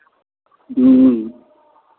ह्म्म